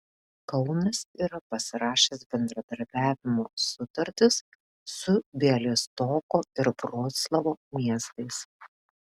kaunas yra pasirašęs bendradarbiavimo sutartis su bialystoko ir vroclavo miestais